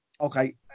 okay